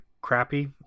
crappy